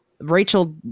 Rachel